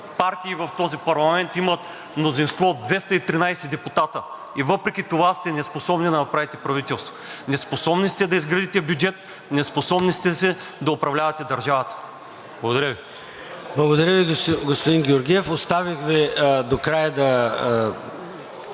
партии в този парламент имат мнозинство от 213 депутати и въпреки това сте неспособни да направите правителство, неспособни сте да изградите бюджет, неспособни сте да управлявате държавата. Благодаря Ви. ПРЕДСЕДАТЕЛ ЙОРДАН ЦОНЕВ: Благодаря Ви, господин Георгиев. Оставих Ви до края да